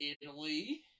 Italy